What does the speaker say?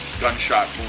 gunshot